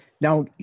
Now